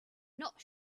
not